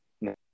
No